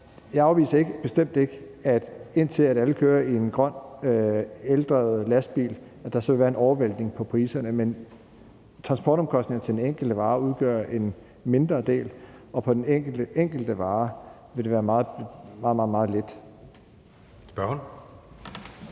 Jeg afviser bestemt ikke, at der, indtil alle kører i en grøn eldrevet lastbil, vil være en overvæltning på priserne. Men transportomkostninger for den enkelte vare udgør en mindre del, og på den enkelte vare vil det være meget,